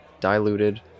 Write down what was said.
diluted